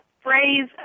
phrase